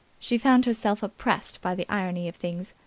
she found herself oppressed by the irony of things.